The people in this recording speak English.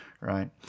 Right